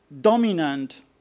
dominant